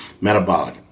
Metabolic